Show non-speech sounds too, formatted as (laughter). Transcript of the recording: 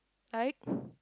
like (breath)